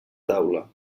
taula